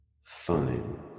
Fine